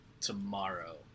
tomorrow